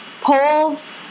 polls